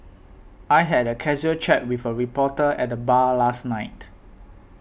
I had a casual chat with a reporter at the bar last night